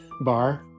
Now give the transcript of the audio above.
bar